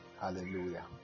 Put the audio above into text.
Hallelujah